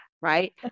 right